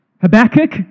Habakkuk